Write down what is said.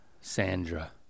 Sandra